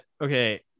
okay